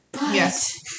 Yes